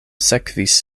sekvis